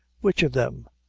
which of them?